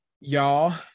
y'all